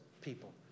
people